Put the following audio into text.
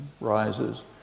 rises